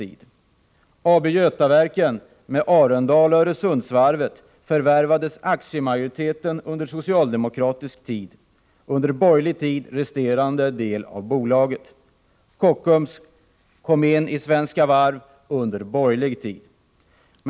I AB Götaverken med Arendalsoch Öresundsvarven förvärvades aktiemajoriteten under socialdemokratisk tid och resterande del av bolaget under borgerlig tid. Kockums kom in i Svenska Varv under borgerlig tid.